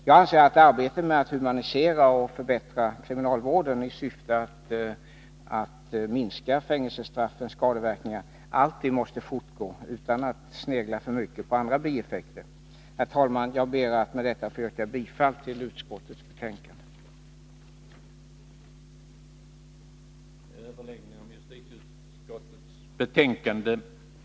Jag anser att arbetet med att humanisera och förbättra kriminalvården, i syfte att minska fängelsestraffens skadeverkningar, alltid måste fortgå utan att man sneglar för mycket på bieffekter. Herr talman! Jag ber att med detta få yrka bifall till utskottets Nr 147